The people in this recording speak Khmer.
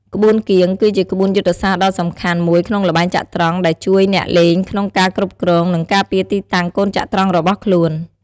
ក្បួនគៀង គឺជាក្បួនយុទ្ធសាស្ត្រដ៏សំខាន់មួយក្នុងល្បែងចត្រង្គ ដែលជួយអ្នកលេងក្នុងការគ្រប់គ្រង និងការពារទីតាំងកូនចត្រង្គរបស់ខ្លួន។